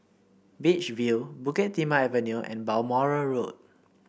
Beach View Bukit Timah Avenue and Balmoral Road